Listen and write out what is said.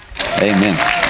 Amen